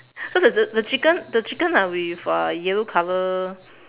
cause the the the chicken the chicken are with uh yellow colour